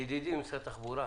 ידידי ממשרד התחבורה,